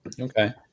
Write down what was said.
Okay